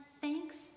thanks